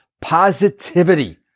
positivity